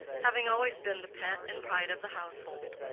having always been the pet and pride of the household,